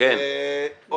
אתה